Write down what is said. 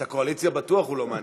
את הקואליציה בטוח הוא לא מעניין.